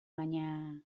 baina